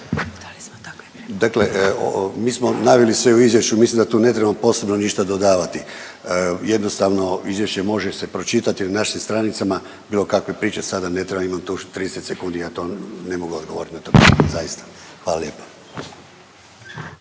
Dakle, mi smo naveli sve u izvješću. Mislim da tu ne trebamo posebno ništa dodavati. Jednostavno izvješće može se pročitati na našim stranicama, bilo kakve priče sada ne treba, imam tu 30 sekundi ja to ne mogu odgovoriti na to pitanje zaista. Hvala lijepa.